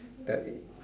that is